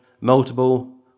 multiple